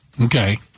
Okay